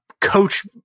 coach